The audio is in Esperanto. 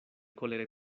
kolere